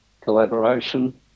collaboration